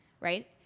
right